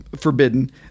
forbidden